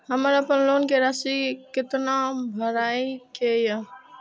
हमर अपन लोन के राशि कितना भराई के ये?